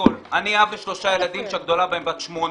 אני אב לשלושה ילדים שהגדולה בהם בת שמונה.